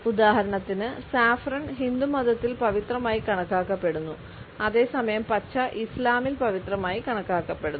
ഉദാഹരണത്തിന് സാഫ്രൻ ഹിന്ദുമതത്തിൽ പവിത്രമായി കണക്കാക്കപ്പെടുന്നു അതേസമയം പച്ച ഇസ്ലാമിൽ പവിത്രമായി കണക്കാക്കപ്പെടുന്നു